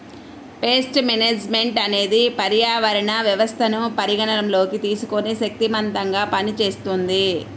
paste management అనేది పర్యావరణ వ్యవస్థను పరిగణలోకి తీసుకొని శక్తిమంతంగా పనిచేస్తుంది